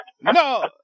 No